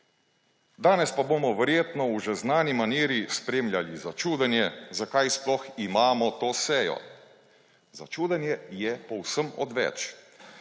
Danes pa bomo verjetno v že znani maniri spremljali začudenje, zakaj sploh imamo to sejo. Začudenje je povsem odveč.